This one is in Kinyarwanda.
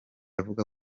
avuga